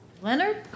Leonard